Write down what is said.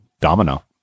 Domino